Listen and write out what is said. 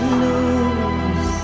lose